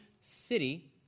city